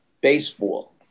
baseball